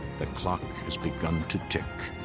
the clock has begun to tick.